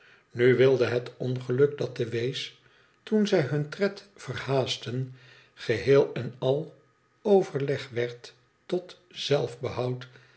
nu wilde het ongeluk dat de wees toen zij hun tred verhaastten geheel en al overleg werd tot zelfbehoud